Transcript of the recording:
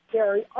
Gary